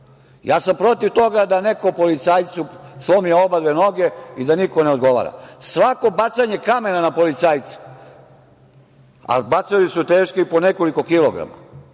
Ja sam protiv toga da neko policajcu slomi obe noge i da niko ne odgovara. Svako bacanje kamena na policajce, a bacali su teške i po nekoliko kilograma,